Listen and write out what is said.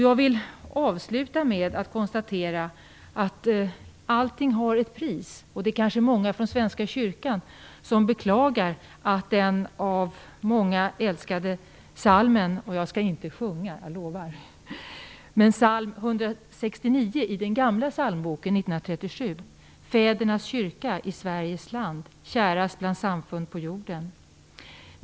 Jag vill avsluta med att konstatera att allting har ett pris. Det är kanske många från Svenska kyrkan som beklagar att den av många älskade psalm 169 i den gamla psalmboken från 1937 inte finns med längre. Jag skall inte sjunga - jag lovar: "Fädernas kyrka i Sveriges land, Kärast bland samfund på jorden!